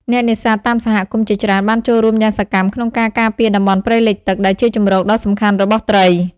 អ្នកនេសាទតាមសហគមន៍ជាច្រើនបានចូលរួមយ៉ាងសកម្មក្នុងការការពារតំបន់ព្រៃលិចទឹក ដែលជាជម្រកដ៏សំខាន់របស់ត្រី។